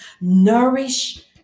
nourish